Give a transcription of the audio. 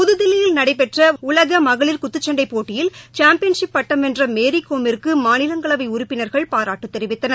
புதுதில்லியில் நடைபெற்றஉலகமகளிா் குத்துச்சண்டை போட்டியில் சாம்பியன்ஷிப் பட்டம் வென்றமேரிகோமிற்குமாநிலங்களவைஉறுப்பினர்கள் பாராட்டுதெரிவித்தனர்